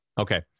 Okay